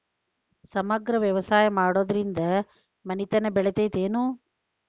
ಸಮಗ್ರ ವ್ಯವಸಾಯ ಮಾಡುದ್ರಿಂದ ಮನಿತನ ಬೇಳಿತೈತೇನು?